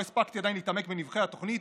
עדיין לא הספקתי להתעמק בנבכי התוכנית,